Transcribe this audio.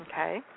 Okay